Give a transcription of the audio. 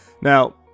Now